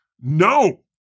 no